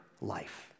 life